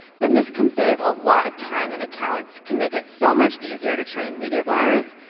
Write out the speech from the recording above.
then this can save a lot of time in accounts, can make it so much easier to train media buyers,